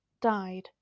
died